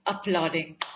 applauding